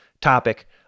topic